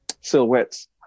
silhouettes